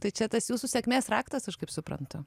tai čia tas jūsų sėkmės raktas aš kaip suprantu